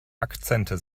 akzente